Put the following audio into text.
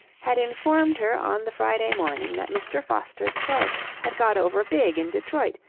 had informed her on the friday morning that mr. foster's play had got over big in detroit,